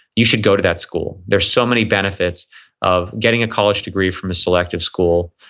you should go to that school. there are so many benefits of getting a college degree from a selective school.